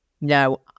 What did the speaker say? no